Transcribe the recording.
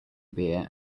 beer